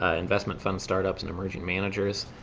ah investment fund startups and emerging managers.